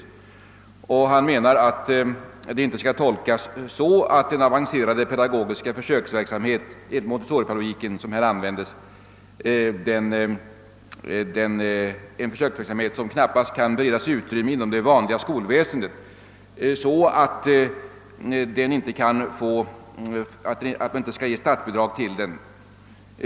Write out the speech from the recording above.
Statsrådet Moberg menar att det inte kan tolkas så att den avancerade försöksverksamheten enligt montessoripedagogiken skulle vara sådan att det inte kan beredas utrymme för den inom det vanliga skolväsendet och att den alltså enligt detta resonemang inte bör erhålla något statsbidrag.